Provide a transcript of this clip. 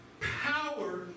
power